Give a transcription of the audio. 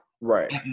Right